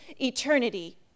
eternity